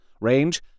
Range